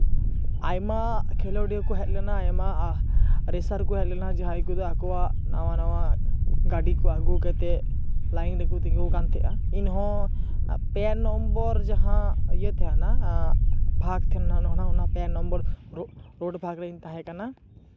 ᱟᱭᱢᱟ ᱠᱷᱮᱞᱳᱰᱤᱭᱟᱹ ᱠᱚ ᱦᱮᱡ ᱞᱮᱱᱟ ᱟᱭᱢᱟ ᱨᱮᱥᱟᱨ ᱠᱚ ᱦᱮᱡ ᱞᱮᱱᱟ ᱡᱟᱦᱟᱸᱭ ᱠᱚᱫᱚ ᱟᱠᱚᱣᱟᱜ ᱱᱟᱣᱟ ᱱᱟᱣᱟ ᱜᱟᱹᱰᱤ ᱠᱚ ᱟᱹᱜᱩ ᱠᱟᱛᱮᱫ ᱞᱟᱭᱤᱱ ᱨᱮᱠᱚ ᱛᱤᱸᱜᱩᱣ ᱟᱠᱟᱱ ᱛᱟᱦᱮᱸᱜᱼᱟ ᱤᱧ ᱦᱚᱸ ᱯᱮ ᱱᱚᱢᱵᱚᱨ ᱡᱟᱦᱟᱸ ᱤᱭᱟᱹ ᱛᱟᱦᱮᱱᱟ ᱵᱷᱟᱜᱽ ᱛᱟᱦᱮᱱᱟ ᱚᱱᱟ ᱯᱮ ᱱᱚᱢᱵᱚᱨ ᱠᱳᱰ ᱵᱷᱟᱜᱽ ᱨᱤᱧ ᱛᱟᱦᱮᱸ ᱠᱟᱱᱟ